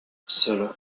seuls